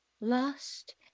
Lost